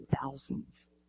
thousands